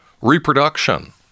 reproduction